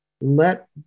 let